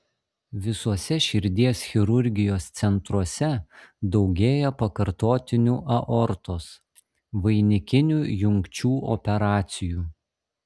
visuose širdies chirurgijos centruose daugėja pakartotinių aortos vainikinių jungčių operacijų